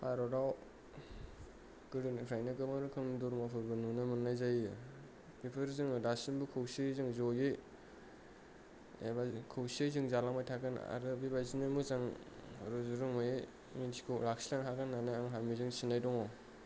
भारताव गोदोनिफ्रायनो गोबां रोखोमनि धरम'फोरबो नुनो मोन्नाय जायो बेफोर जोङो दासिमबो खौसेयै जोङो जयै एबा खौसेयै जोङो जालांबाय थागोन आरो बेबायदिनो मोजां रुजु रुमुयै यूनिटिखौ लाखिलांनो हागोन होन्नानै आंहा मिजिंगथिनाय दङ'